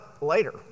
later